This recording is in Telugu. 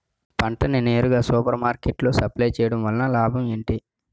పంట ని నేరుగా సూపర్ మార్కెట్ లో సప్లై చేయటం వలన లాభం ఏంటి?